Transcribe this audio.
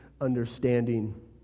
understanding